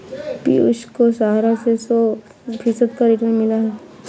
पियूष को सहारा से सौ फीसद का रिटर्न मिला है